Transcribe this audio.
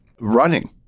running